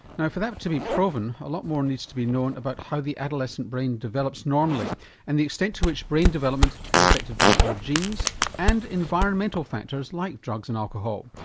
now for that to be proven a lot more needs to be known about how the adolescent brain develops normally and the extent to which brain development is affected by our genes and environmental factors like drugs and alcohol.